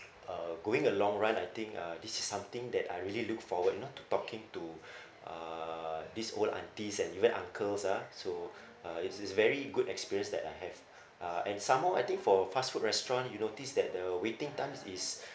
uh going a long run I think uh this is something that I really look forward you know to talking to uh these old aunties and even uncles ah so uh it's it's very good experience that I have uh and some more I think for a fast food restaurant you notice that the waiting times is